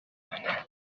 amagana